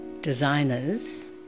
designers